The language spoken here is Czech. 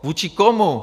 Vůči komu?